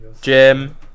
Jim